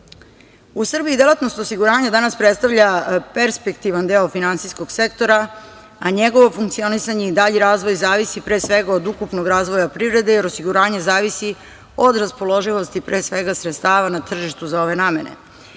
Srbiji delatnost osiguranja danas predstavlja perspektivan deo finansijskog sektora, a njegovo funkcionisanje i dalji razvoj zavisi, pre svega, od ukupnog razvoja privrede, jer osiguranje zavisi od raspoloživosti, pre svega, sredstava na tržištu za ove namene. Danas